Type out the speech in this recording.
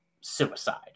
suicide